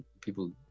people